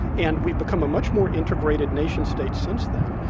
and we've become a much more integrated nation state since then,